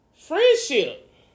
friendship